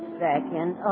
second